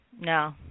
No